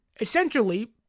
essentially